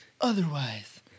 otherwise